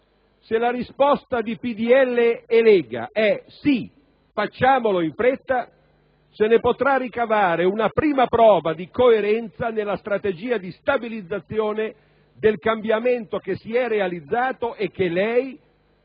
Se la risposta di PdL e Lega è «sì, facciamolo in fretta», se ne potrà ricavare una prima prova di coerenza nella strategia di stabilizzazione del cambiamento che si è realizzato e che lei,